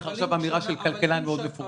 לך עכשיו אמירה של כלכלן מאוד מפורסם.